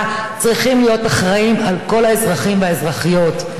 צריכים להיות אחראים לכל האזרחים והאזרחיות.